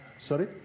Sorry